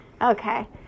Okay